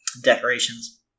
Decorations